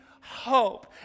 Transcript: hope